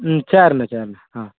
ம் சர்ண சர்ண ஆ